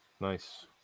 Nice